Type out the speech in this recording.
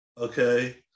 okay